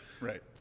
Right